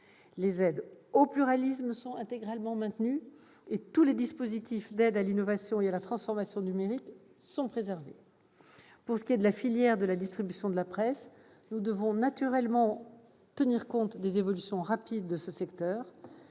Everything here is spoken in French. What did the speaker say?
les aides au pluralisme sont intégralement maintenues et tous les dispositifs d'aide à l'innovation et à la transformation numérique sont préservés. Pour ce qui est de la filière de la distribution de la presse, nous devons naturellement tenir compte des évolutions rapides de ce secteur.